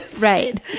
Right